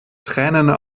tränende